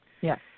Yes